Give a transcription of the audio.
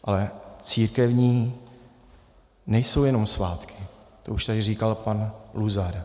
Ale církevní nejsou jenom svátky, to už tady říkal pan Luzar.